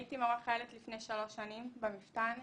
הייתי מורה חיילת לפני שלוש שנים במפת"ן.